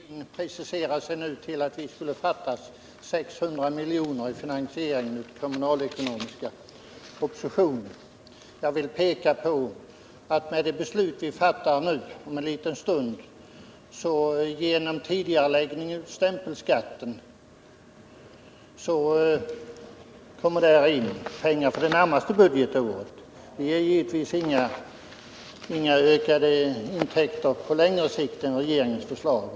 Herr talman! Björn Molin preciserar sig nu till att det skulle fattas 600 milj.kr. i finansieringen av den kommunalekonomiska propositionen. Jag vill peka på att med det beslut som vi kommer att fatta om en liten stund kommer det genom en tidigareläggning av stämpelskatten in pengar för det närmaste budgetåret. Detta ger givetvis inte några ökade intäkter på längre sikt jämfört med regeringens förslag.